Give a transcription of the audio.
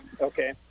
Okay